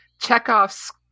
Chekhov's